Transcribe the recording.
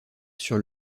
sur